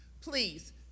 Please